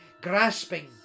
grasping